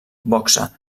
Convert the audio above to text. boxa